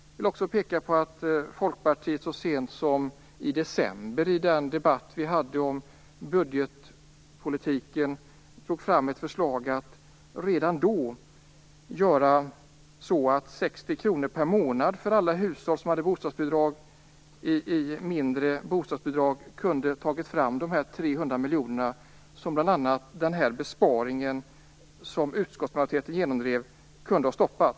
Jag vill också peka på att Folkpartiet så sent som i december i debatten om budgetpolitiken lade fram ett förslag om att man redan då skulle ge alla hushåll med bostadsbidrag 60 kronor mindre i månaden. Det kunde fått fram de 300 miljonerna och stoppat bl.a.